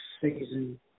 season